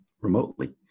remotely